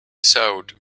sewed